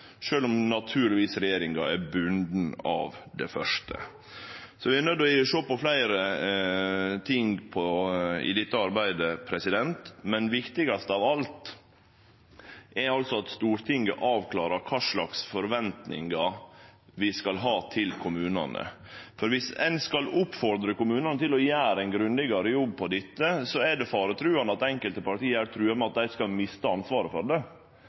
om regjeringa naturlegvis er bunden av det første. Vi er nøydde til å sjå på fleire ting i dette arbeidet, men det viktigaste av alt er at Stortinget avklarar kva slags forventningar vi skal ha til kommunane. Viss ein skal oppfordre kommunane til å gjere ein grundigare jobb med dette, er det faretruande når enkelte parti her truar med at dei skal miste ansvaret for det.